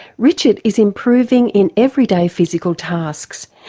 richard is improving in everyday physical tasks,